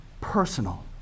personal